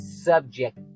subject